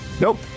Nope